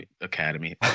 Academy